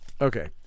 okay